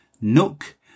Nook